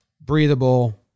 breathable